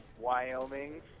Wyoming